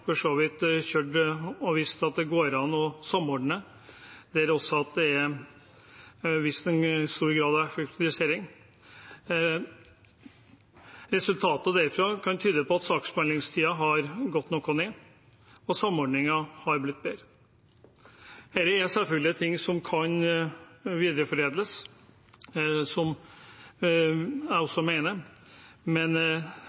at det går an å samordne, og der det også er vist en stor grad av effektivisering. Resultatene derfra kan tyde på at saksbehandlingstiden har gått noe ned, og at samordningen har blitt bedre. Dette er selvfølgelig ting som kan videreforedles, som jeg